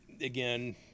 again